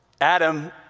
Adam